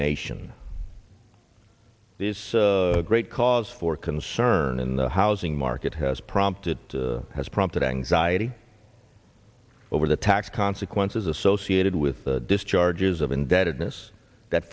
nation this great cause for concern in the housing market has prompted has prompted anxiety over the tax consequences associated with discharges